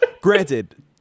Granted